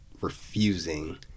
refusing